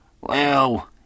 Well